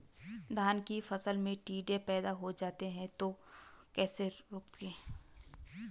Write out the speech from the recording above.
धान की फसल में टिड्डे पैदा हो जाते हैं इसे कैसे रोकें?